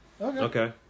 Okay